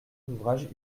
d’ouvrages